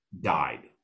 died